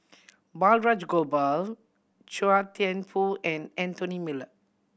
Balraj Gopal Chua Thian Poh and Anthony Miller